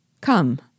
Come